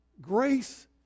grace